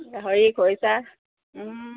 গাহৰি খৰিচা